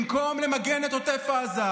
במקום למגן את עוטף עזה,